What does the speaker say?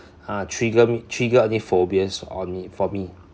uh trigger me trigger any phobias on me for me